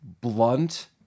blunt